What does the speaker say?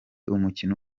umukino